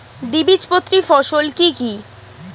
দ্বিবীজপত্রী ফসল কি কি?